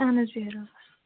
اہن حظ بِہِو رۄبس